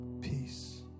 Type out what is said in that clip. peace